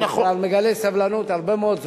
מגלה סבלנות הרבה מאוד זמן.